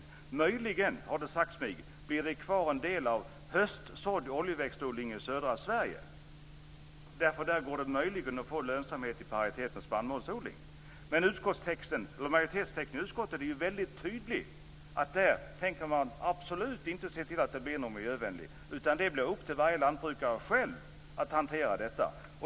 Möjligen, har det sagts mig, blir det kvar en del höstsådd oljeväxtodling i södra Sverige. Där går det möjligen att få lönsamhet i paritet med spannmålsodling. Men majoritetstexten i utskottsbetänkandet är tydlig, dvs. man tänker absolut inte se till att det blir något miljövänligt. Det blir upp till varje lantbrukare själv att hantera detta.